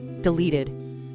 deleted